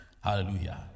Hallelujah